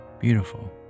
beautiful